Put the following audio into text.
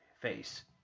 face